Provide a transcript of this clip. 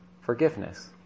forgiveness